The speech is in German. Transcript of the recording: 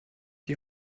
die